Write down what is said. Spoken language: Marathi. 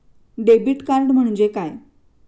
डेबिट कार्ड म्हणजे काय?